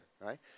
right